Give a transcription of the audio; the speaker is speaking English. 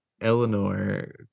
Eleanor